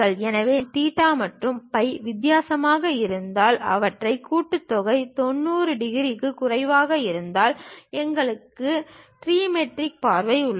எனவே நாம் தீட்டா மற்றும் பை வித்தியாசமாக இருந்தால் அவற்றின் கூட்டுத்தொகை 90 டிகிரிக்கு குறைவாக இருந்தால் எங்களுக்கு ஒரு ட்ரிமெட்ரிக் பார்வை உள்ளது